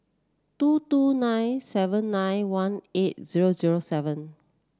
two two nine seven nine one eight zero zero seven